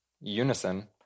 unison